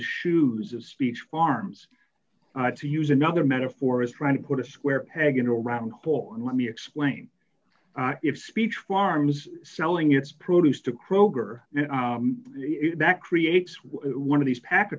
shoes of speech farms to use another metaphor is trying to put a square peg into a round hole and let me explain if speech farms selling its produce to kroger that creates one of these pa